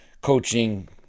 coaching